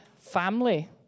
family